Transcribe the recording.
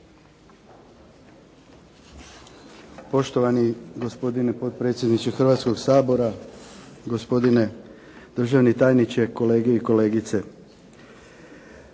Poštovani gospodine potpredsjedniče Hrvatskog sabora, gospodine državni tajniče, kolege i kolegice.